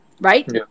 right